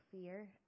fear